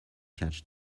catch